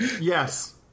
Yes